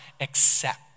accept